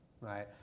right